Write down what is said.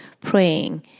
praying